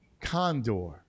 Condor